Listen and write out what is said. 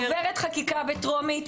עוברת חקיקה בטרומית,